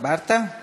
אני מבקשת להפסיק.